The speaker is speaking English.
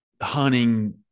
hunting